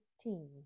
tea